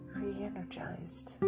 re-energized